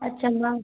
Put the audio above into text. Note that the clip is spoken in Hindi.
अच्छा मैम